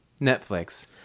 Netflix